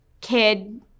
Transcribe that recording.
kid